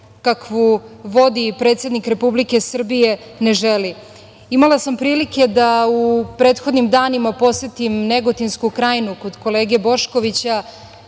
kakvu vodi predsednik Republike Srbije, ne želi. Imala sam prilike da u prethodnim danima posetim Negotinsku Krajinu kod kolege Boškovića